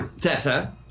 Tessa